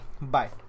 bye